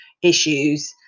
issues